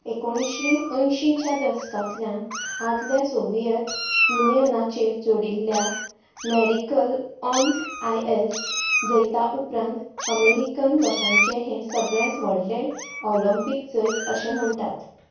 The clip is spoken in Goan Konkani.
एकोणिश्शी अंयशींच्या दसकांतल्यान आदल्या सोवियत युनियनाचेर जोडिल्ल्या मॅरिकल ऑन आय एस जैता उपरान अमेरिकन लोकांचें हें सगळ्यांत व्हडलें ऑलॉंपीक जैत अशें म्हणतात